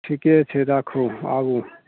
ठीके छै राखू आबू